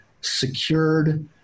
secured